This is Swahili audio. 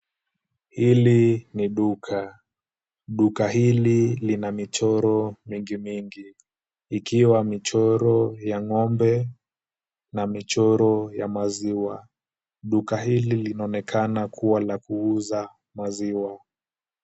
Hili ni duka, duka hili lina michoro mingi mingi, ikiwa michoro ya ng'ombe na michoro ya maziwa. Duka hili linaonekana kuwa la kuuza maziwa.